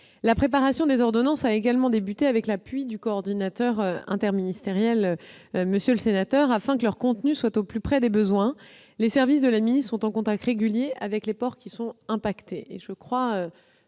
La préparation des ordonnances a également débuté avec l'appui du coordonnateur interministériel afin que leur contenu soit au plus près des besoins. Les services de la ministre sont en contact régulier avec les ports concernés.